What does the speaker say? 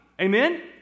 Amen